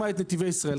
נתיבי ישראל,